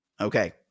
Okay